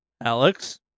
Alex